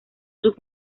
sus